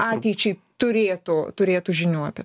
ateičiai turėtų turėtų žinių apie